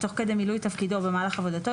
תוך כדי מילוי תפקידו או במהלך עבודתו,